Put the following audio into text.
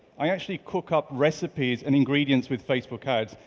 i actually cook up recipes and ingredients with facebook ads.